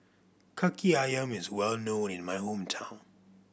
Kaki Ayam is well known in my hometown